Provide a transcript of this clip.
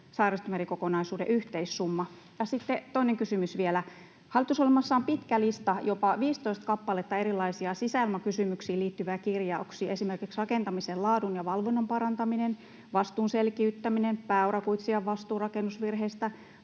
Saaristomeri-kokonaisuuden yhteissumma? Sitten toinen kysymys vielä: Hallitusohjelmassa on pitkä lista, jopa 15 kappaletta, erilaisia sisäilmakysymyksiin liittyviä kirjauksia, esimerkiksi rakentamisen laadun ja valvonnan parantaminen, vastuun selkiyttäminen, pääurakoitsijan vastuu rakennusvirheistä,